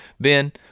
Ben